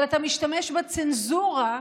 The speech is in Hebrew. אבל אתה משתמש בצנזורה,